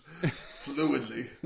fluidly